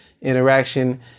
interaction